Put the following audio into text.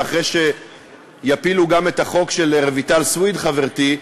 ואחרי שיפילו גם את החוק של רויטל סויד חברתי,